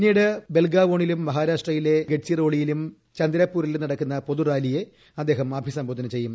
പിന്നീട് ബൽഗാവോണിലും മഹാരാഷ്ട്രയിലെ ഗഡ്ചിറോളിയിലും ചന്ദ്രാപൂരിലും നടക്കുന്ന പൊതുറാലിയെ അദ്ദേഹം അഭിസംബോധന ചെയ്യും